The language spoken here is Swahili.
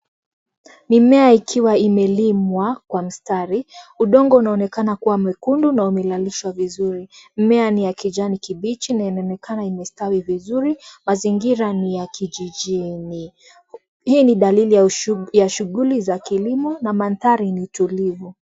Ni mmea ikiwa imelimwa kwa mstari. Udongo unaonekana kuwa mekundu na umelalishwa vizuri. Mmea ni ya kijani kibichi na inaonekana imestawi vizuri. Mazingira ni ya kijijini. Hii ni dalili ya shughuli za kilimo na maandhari ni tulivu.